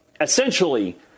essentially